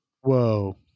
Whoa